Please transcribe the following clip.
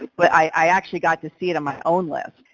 but i actually got to see it on my own list.